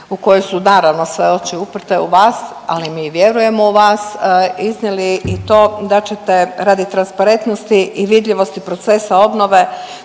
u koju su naravno sve oči uprti u vas, ali mi vjerujemo u vas, iznijeli i to da ćete radi transparentnosti i vidljivosti procesa obnove